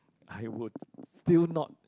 I would still not